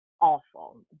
awful